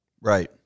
Right